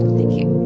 thank you.